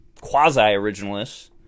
quasi-originalists